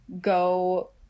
go